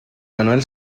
manuel